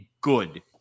good